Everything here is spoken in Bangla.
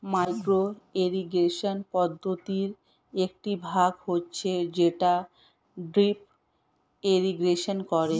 মাইক্রো ইরিগেশন পদ্ধতির একটি ভাগ হচ্ছে যেটা ড্রিপ ইরিগেশন করে